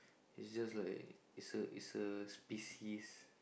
it's just like it's a it's a species